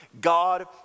God